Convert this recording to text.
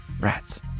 Rats